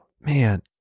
man